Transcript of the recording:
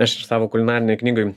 aš ir savo kulinarinėj knygoj